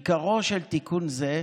עיקרו של תיקון זה